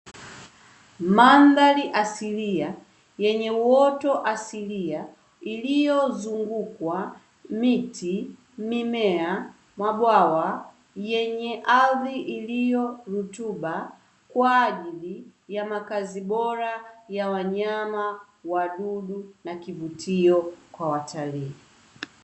Mandhari asilia yenye uoto asilia iliyozungukwa: miti, mimea, mabwawa; yenye ardhi iliyo rutuba kwa ajili ya makazi bora ya wanyama, wadudu na kivutio kwa watalii.